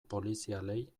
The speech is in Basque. polizialei